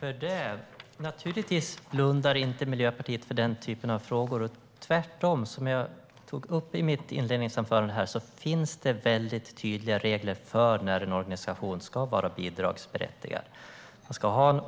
Herr talman! Naturligtvis blundar inte Miljöpartiet för den typen av frågor. Tvärtom, precis som jag tog upp i mitt inledningsanförande, finns tydliga regler för när en organisation är bidragsberättigad.